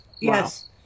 Yes